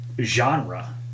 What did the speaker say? genre